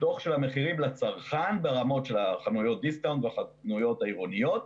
דוח של המחירים לצרכן ברמות של חנויות והחנויות העירוניות.